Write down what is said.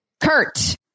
Kurt